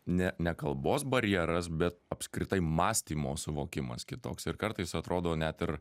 ne ne kalbos barjeras bet apskritai mąstymo suvokimas kitoks ir kartais atrodo net ir